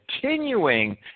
continuing